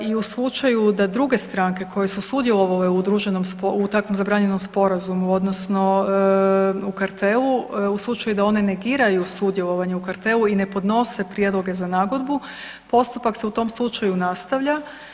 I u slučaju da druge stranke koje su sudjelovale u udruženom, u takvom zabranjenom sporazumu odnosno u kartelu, u slučaju da one negiraju sudjelovanje u kartelu i ne podnose prijedloge za nagodbu postupak se u tom slučaju nastavlja.